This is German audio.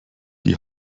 die